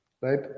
Right